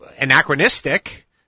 anachronistic